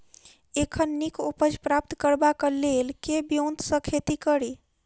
एखन नीक उपज प्राप्त करबाक लेल केँ ब्योंत सऽ खेती कड़ी?